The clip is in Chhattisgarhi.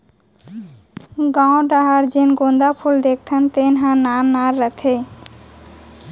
गॉंव डहर जेन गोंदा फूल देखथन तेन ह नान नान रथे